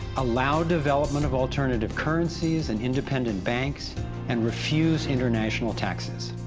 allow development of alternative currencies and independent banks and refuse international taxes.